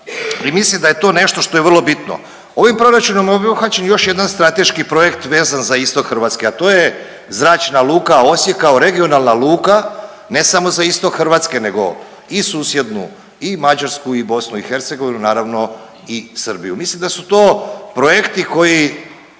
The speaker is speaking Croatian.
i mislim da je to nešto što je vrlo bitno. Ovim proračunom obuhvaćen je još jedan strateški projekt vezan za Istok Hrvatske, a to je Zračna luka Osijek kao regionalna luka ne samo za Istok Hrvatske nego i susjednu i Mađarsku i BiH naravno i Srbiju. Mislim da su to projekti koji